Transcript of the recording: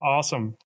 Awesome